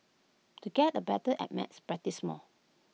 to get A better at maths practise more